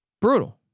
brutal